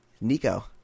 Nico